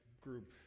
group